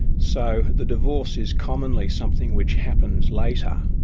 so the divorce is commonly something which happens later,